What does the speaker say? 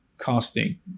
Casting